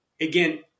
Again